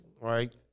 right